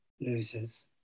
losers